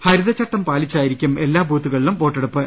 ഹരിതചട്ടം പാലിച്ചായിരിക്കും എല്ലാ ബൂത്തുകളിലും വോട്ടെ ടുപ്പ്